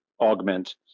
augment